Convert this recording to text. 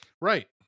right